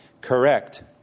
correct